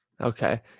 okay